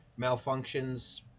malfunctions